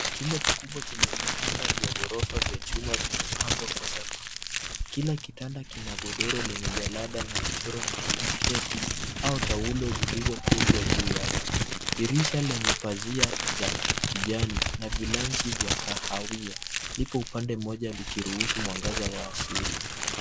Chumba kikubwa chenye vitanda vya ghorofa vya chuma, vimepangwa kwa safu. kila kitanda kina godoro lenye jalada na mchoro na blanketi ,au taulo zilizokunjwa juu yake . Dirisha lenye pazia za kijani na vilansi vya kahawia lipo upande mmoja likiruhusu mwangaza wa asili.